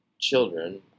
children